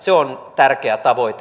se on tärkeä tavoite